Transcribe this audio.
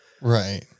Right